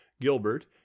Gilbert